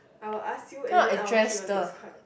I will ask you and then I will keep your next card